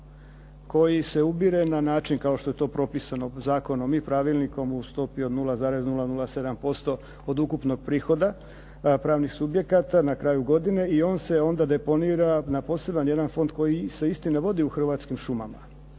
koji se ubire na način kako je to propisano zakonom i pravilnikom u stopi od 0,007% od ukupnog prihoda pravnih subjekata na kraju godine i on se onda deponira na poseban jedan fond koji istina se vodi u Hrvatskim šumama.